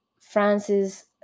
Frances